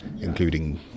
including